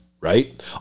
right